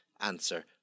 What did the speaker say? answer